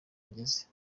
ageze